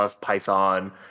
Python